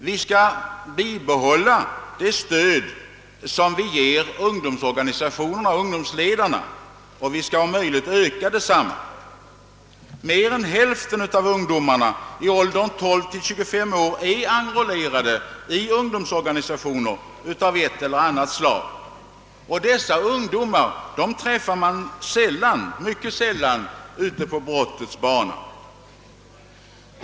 Vi skall fortsätta med det stöd som vi ger ungdomsorganisationerna och ungdomsledarna och vi skall om möjligt öka detsamma. Mer än hälften av ungdomarna i åldern 12—25 år är enrollerade i ungdomsorganisationer av ett eller annat slag. Dessa ungdomar påträffar man mycket sällan på brottets bana.